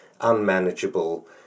unmanageable